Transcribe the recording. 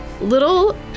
little